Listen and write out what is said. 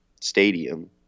stadium